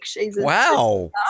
Wow